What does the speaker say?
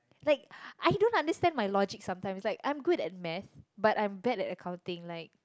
like I don't understand my logic sometimes I'm good at maths but I'm bad at accounting like